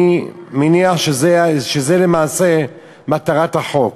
אני מניח שזו למעשה מטרת החוק,